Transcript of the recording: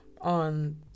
on